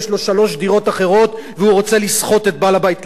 יש לו שלוש דירות אחרות והוא רוצה לסחוט את בעל-הבית,